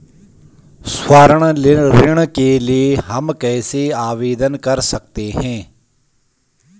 स्वर्ण ऋण के लिए हम कैसे आवेदन कर सकते हैं?